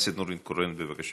חברת הכנסת נורית קורן, בבקשה,